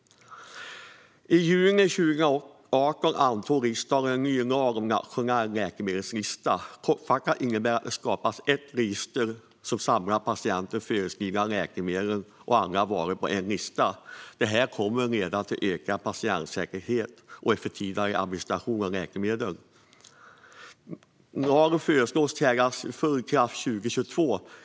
I juni 2018 antog riksdagen en ny lag om en nationell läkemedelslista. Kortfattat innebär det att det skapas ett register som samlar patientens förskrivna läkemedel och andra varor på en lista. Det kommer att leda till ökad patientsäkerhet och effektivare administration av läkemedel. Lagen föreslås träda i kraft 2022.